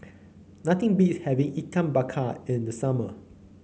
nothing beats having Ikan Bakar in the summer